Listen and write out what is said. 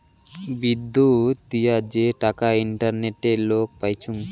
বিদ্যুত দিয়া যে টাকা ইন্টারনেটে লোক পাইচুঙ